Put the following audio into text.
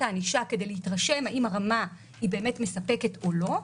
הענישה כדי להתרשם האם הרמה באמת מספקת או לא,